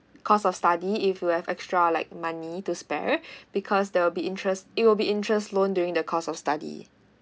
course of study if you have extra like money to spare because there will be interest it will be interest loan during the course of study